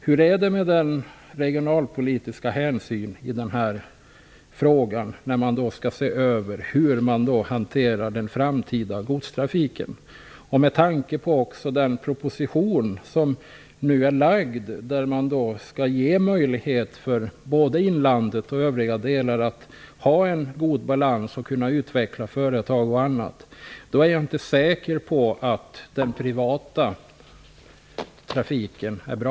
Hur är det med de regionalpolitiska hänsynen i denna fråga, när man nu skall se över hanteringen av den framtida godstrafiken? Med tanke också på den proposition som nu har lagts fram, som skall ge möjlighet till god balans och utveckling av företag etc. i både inlandet och övriga delar av landet, är jag inte säker på att den privata trafiken är bra.